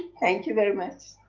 thank you very much.